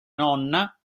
nonna